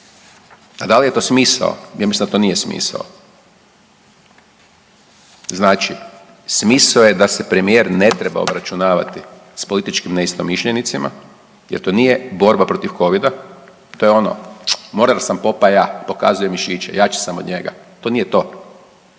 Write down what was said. A da li je to smisao? Ja mislim da to nije smisao. Znači smisao je da se premijer ne treba obračunavati s političkim neistomišljenicima jer to nije borba protiv Covida to je ono mornar sam Popaj ja, pokazujem mišiće, jači sam od njega, to nije to.